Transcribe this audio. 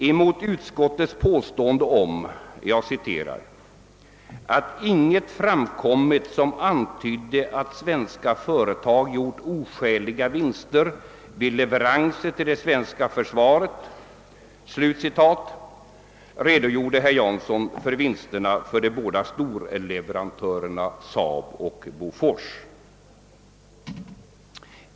Emot utskottets påstående om att »inget framkommit som antydde att svenska företag gjort oskäliga vinster vid leveranser till det svenska försvaret» redogjorde herr Jansson för vinsterna för de båda storleverantörerna SAAB och Bofors.